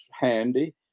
handy